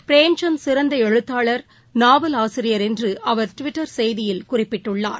பிரேம்சந்த் சிறந்தஎழுத்தாளர் நாவல் ஆசிரியர் என்றுஅவர் ட்விட்டர் செய்தியில் குறிப்பிட்டுள்ளார்